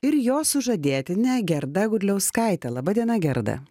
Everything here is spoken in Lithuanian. ir jo sužadėtine gerda grubliauskaite laba diena gerda